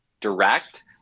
direct